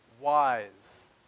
wise